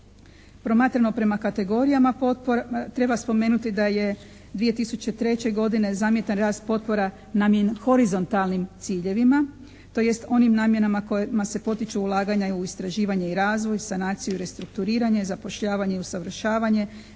Promatrano prema kategorijama potpora treba spomenuti da je 2003. godine zamjetan rast potpora namijenjen horizontalnim ciljevima tj. onim namjenama kojima se potiču ulaganja i u istraživanja i razvoj, sanaciju i restrukturiranje, zapošljavanje i usavršavanje,